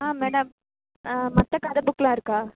madam மற்ற கதை புக்கெலாம் இருக்கா